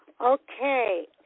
Okay